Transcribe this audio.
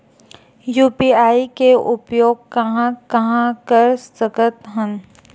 UPI के उपयोग कहां कहा कर सकत हन?